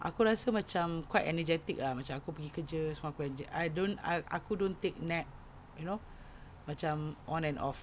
aku rasa macam quite energetic ah macam aku pergi kerja semua aku handle I don't I aku don't take nap you know macam on and off